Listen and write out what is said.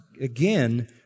again